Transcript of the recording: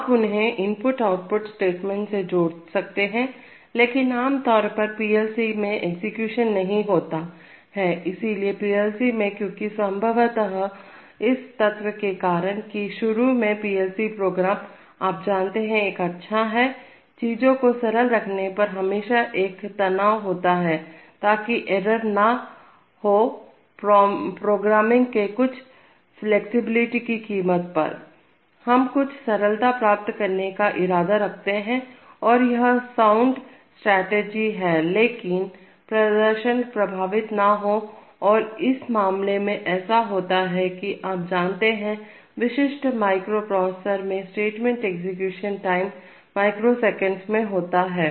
आप उन्हें input output statement से जोड़ सकते हैं लेकिन आमतौर पर पीएलसी में एग्जीक्यूशन नहीं होता है इसलिए पीएलसी में क्योंकि संभवतः इस तथ्य के कारण कि शुरू में पीएलसी प्रोग्राम आप जानते हैं एक अच्छा है चीजों को सरल रखने पर हमेशा एक तनाव होता हैताकि एरर ना हो प्रोग्रामिंग के कुछ फ्लैक्सिबिलिटी की कीमत पर हम कुछ सरलता प्राप्त करने का इरादा रखते हैं और यह साउंड स्ट्रेटजी है लेकिन प्रदर्शन प्रभावित ना हो और इस मामले में ऐसा होता है कि आप जानते हैं विशिष्ट माइक्रो प्रोसेसर में स्टेटमेंट एग्जीक्यूशन टाइम माइक्रोसेकेंड्स में होता है